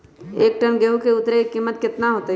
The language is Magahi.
एक टन गेंहू के उतरे के कीमत कितना होतई?